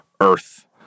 Earth